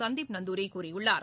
சந்தீப் நந்தூரி கூறியுள்ளார்